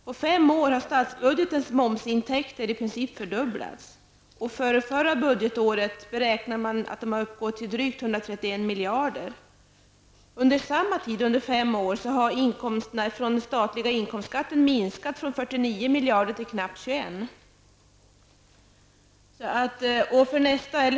På fem år har statsbudgetens momsintäkter i princip fördubblats, och för budgetåret 1990/91 beräknas de uppgå till drygt 131 miljarder. Under samma tid har inkomsterna från den statliga inkomstskatten minskat från 49 miljarder till knappt 21.